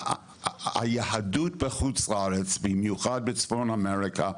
שהיהדות בחוץ לארץ, במיוחד בצפון אמריקה,